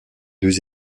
deux